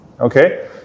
Okay